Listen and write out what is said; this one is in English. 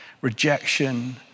rejection